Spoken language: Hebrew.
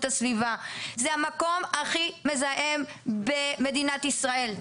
הסביבה: זה המקום הכי מזהם במדינת ישראל.